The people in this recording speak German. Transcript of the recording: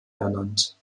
ernannt